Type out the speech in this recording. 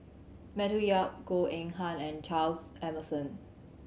Matthew Yap Goh Eng Han and Charles Emmerson